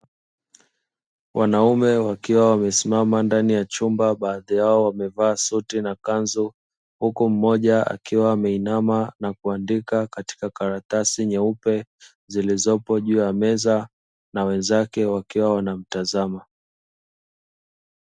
Wanaume wakiwa wamesimama ndani ya chumba baadhi yao wamevaa suti na kanzu, huku mmoja akiwa ameinama na kuandika katika karatasi nyeupe zilizopo juu ya meza na wenzake wakiwa wanamtazama.